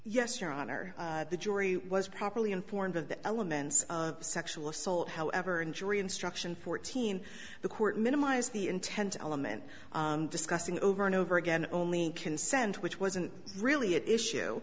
yes your honor the jury was properly informed of the elements of sexual assault however in jury instruction fourteen the court minimized the intent element discussing over and over again only consent which wasn't really at issue